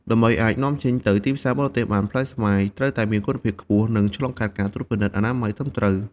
ដើម្បីអាចនាំចេញទៅទីផ្សារបរទេសបាន ផ្លែស្វាយត្រូវតែមានគុណភាពខ្ពស់ និងឆ្លងកាត់ការត្រួតពិនិត្យអនាម័យត្រឹមត្រូវ។